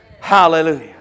Hallelujah